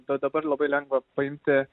bet dabar labai lengva paimti